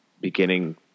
beginning –